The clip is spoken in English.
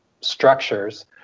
structures